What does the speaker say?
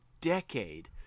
decade